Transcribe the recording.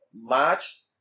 March